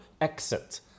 exit